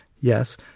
yes